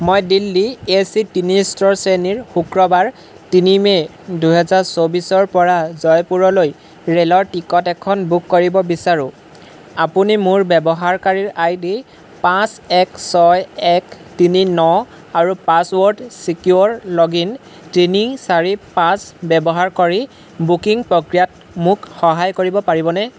মই Delhi A C তিনি স্তৰ শ্ৰেণীৰ শুক্ৰবাৰ তিনি মে' দুহেজাৰ চৌব্বিছৰ পৰা জয়পুৰলৈ ৰে'লৰ টিকট এখন বুক কৰিব বিচাৰোঁ আপুনি মোৰ ব্যৱহাৰকাৰীৰ আই ডি পাঁচ এক ছয় এক তিনি ন আৰু পাছৱৰ্ড ছিকিউৰ লগ ইন তিনি চাৰি পাঁচ ব্যৱহাৰ কৰি বুকিং প্ৰক্ৰিয়াত মোক সহায় কৰিব পাৰিবনে